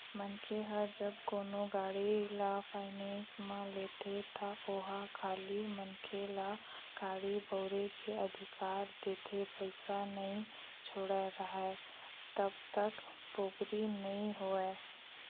मनखे ह जब कोनो गाड़ी ल फायनेंस म लेथे त ओहा खाली मनखे ल गाड़ी बउरे के अधिकार देथे पइसा नइ छूटे राहय तब तक पोगरी नइ होय